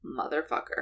motherfucker